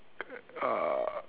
uh